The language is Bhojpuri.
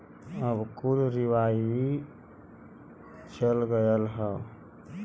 अब कुल रीवाइव चल गयल हौ